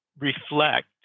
reflect